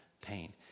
pain